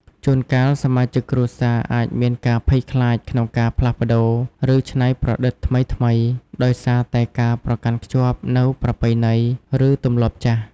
ជួនកាល សមាជិកគ្រួសារអាចមានការភ័យខ្លាចក្នុងការផ្លាស់ប្តូរ ឬច្នៃប្រឌិតថ្មីៗ ដោយសារតែការប្រកាន់ខ្ជាប់នូវប្រពៃណី ឬទម្លាប់ចាស់។